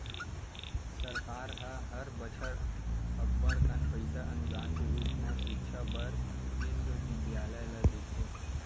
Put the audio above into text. सरकार ह हर बछर अब्बड़ कन पइसा अनुदान के रुप म सिक्छा बर बिस्वबिद्यालय ल देथे